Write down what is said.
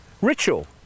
ritual